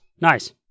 Nice